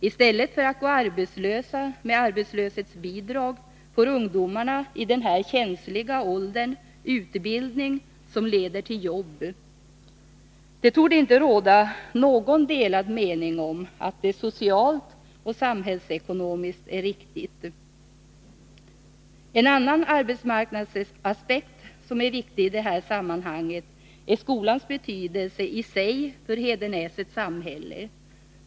I stället för att gå arbetslösa med arbetslöshetsbidrag får ungdomarna i den här känsliga åldern utbildning som leder till jobb. Det torde inte råda några delade meningsr om att det socialt och nationalekonomiskt är riktigt. En annan arbetsmarknadsaspekt som är viktig i det här sammanhanget är skolans betydelse i sig för Hedenäsets samhälle.